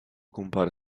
compare